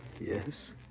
Yes